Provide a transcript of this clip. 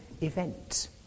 event